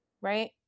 right